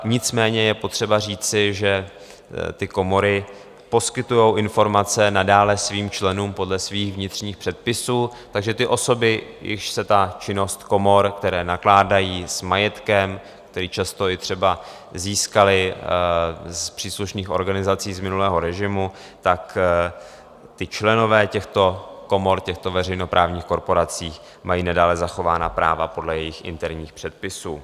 Nicméně je potřeba říci, že ty komory poskytují informace nadále svým členům podle svých vnitřních předpisů, takže osoby, jichž se činnost komor, které nakládají s majetkem, který často třeba získaly z příslušných organizací z minulého režimu, tak členové těchto komor, těchto veřejnoprávních korporací, mají nadále zachována práva podle jejich interních předpisů.